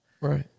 Right